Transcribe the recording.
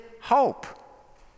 hope